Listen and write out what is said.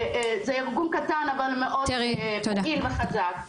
זה ארגון קטן אבל מאוד פעיל וחזק.